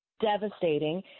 devastating